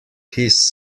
his